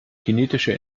kinetische